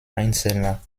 einzelner